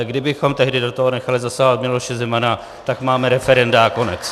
Kdybychom tehdy do toho nechali zasahovat Miloše Zemana, tak máme referenda a konec.